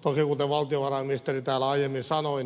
toki kuten valtiovarainministeri täällä aiemmin sanoi